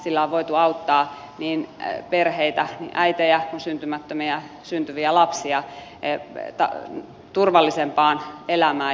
sillä on voitu auttaa niin perheitä äitejä kuin syntymättömiä ja syntyviä lapsia turvallisempaan elämään